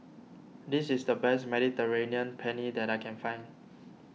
this is the best Mediterranean Penne that I can find